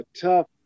tough